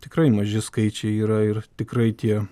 tikrai maži skaičiai yra ir tikrai tie